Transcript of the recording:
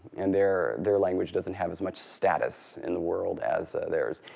and their their language doesn't have as much status in the world as theirs.